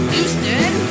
Houston